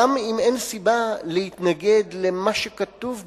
גם אם אין סיבה להתנגד למה שכתוב בחוק,